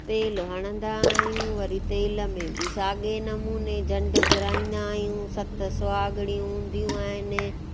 तेल हणंदा आहियूं वरी तेल में बि साॻिए नमूने जंडु घुराईंदा आहियूं सत सुहाॻिणियूं ईंदियूं आहिनि